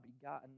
begotten